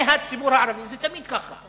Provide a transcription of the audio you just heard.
מהציבור הערבי, זה תמיד כך,